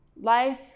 Life